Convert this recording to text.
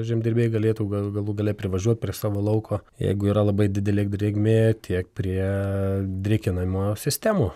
žemdirbiai galėtų gal galų gale privažiuot prie savo lauko jeigu yra labai didelė drėgmė tiek prie drėkinimo sistemų